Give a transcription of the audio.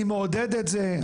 אני מעודד את זה,